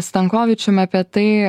stankovičium apie tai